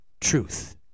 truth